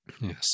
Yes